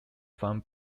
from